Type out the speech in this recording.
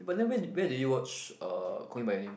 but then where where did you watch uh call me by your name